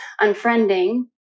unfriending